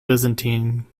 byzantine